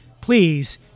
Please